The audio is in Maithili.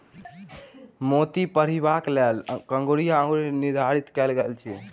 मोती पहिरबाक लेल कंगुरिया अंगुरी निर्धारित कयल गेल अछि